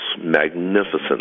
magnificent